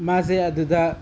ꯃꯥꯁꯦ ꯑꯗꯨꯗ